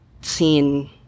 seen